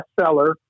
bestseller